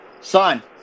Son